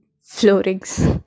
floorings